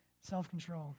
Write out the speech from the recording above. self-control